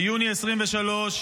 ביוני 2023,